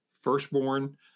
firstborn